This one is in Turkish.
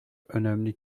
önemli